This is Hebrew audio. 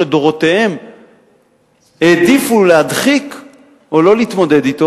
לדורותיהם העדיפו להדחיק או לא להתמודד אתו,